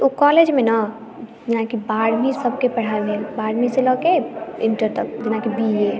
ओ college मे ने जेनाकि बारहवींसभ के पढ़ाई भेल बारहवींसँ लऽ कऽ इंटर तक जेनाकि बी ए